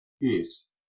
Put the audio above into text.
Yes